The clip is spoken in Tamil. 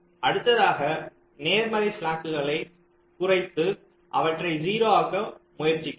அடுத்ததாக நேர்மறை ஸ்லாக்குகளைக் குறைத்து அவற்றை 0 ஆக மாற்ற முயற்சிக்கிறோம்